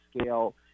scale